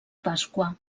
pasqua